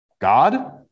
God